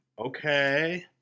Okay